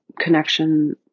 connection